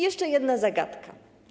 Jeszcze jedna zagadka.